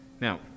Now